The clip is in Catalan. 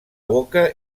boca